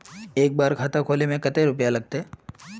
एक बार खाता खोले में कते रुपया लगते?